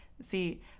See